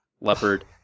Leopard